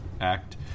act